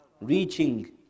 reaching